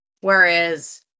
whereas